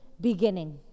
beginning